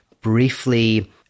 briefly